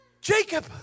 Jacob